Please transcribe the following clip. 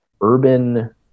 urban